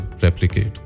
replicate